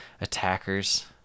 attackers